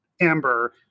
Amber